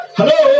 Hello